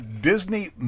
Disney